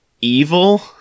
evil